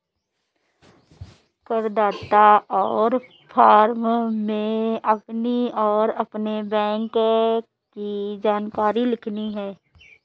करदाता को फॉर्म में अपनी और अपने बैंक की जानकारी लिखनी है